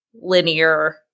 linear